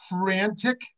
frantic